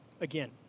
again